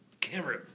camera